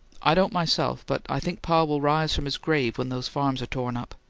i don't myself, but i think pa will rise from his grave when those farms are torn up.